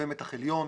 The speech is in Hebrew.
קווי מתח עליון,